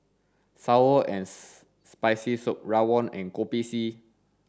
sour and spicy soup rawon and kopi c